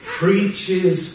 preaches